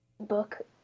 book